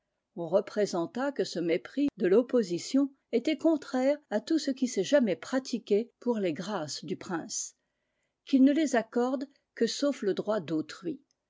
on représenta que ce mépris de l'opposition était contraire à tout ce qui s'est jamais pratiqué pour les grâces du prince qu'il ne les accorde que sauf le droit d'autrui